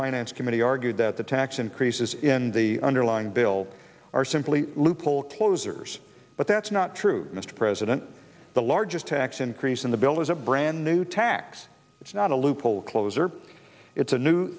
finance committee argued that the tax increases in the underlying bill are simply loophole closures but that's not true mr president the largest tax increase in the bill is a brand new tax it's not a loophole closer it's a new